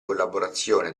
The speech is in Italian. collaborazione